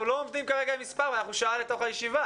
אנחנו לא עובדים כרגע עם מספרים ואנחנו כבר שעה בישיבה.